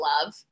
love